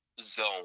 zone